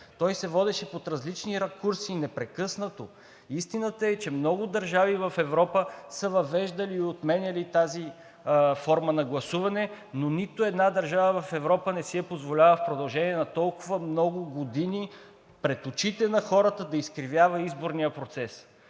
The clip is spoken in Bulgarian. Той се водеше под различни ракурси, непрекъснато. Истината е, че много държави в Европа са въвеждали и отменяли тази форма на гласуване. Но нито една държава в Европа не си е позволявала в продължение на толкова много години пред очите на хората да изкривява изборния процес!